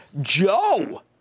Joe